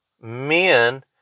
men